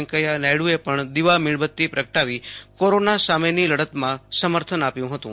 વૈંકૈથા નાયડુએ પણ દીપ મીણબત્તી પ્રગટાવી કોરોના સામેની લડતમાં સમર્થન આપ્યું હતું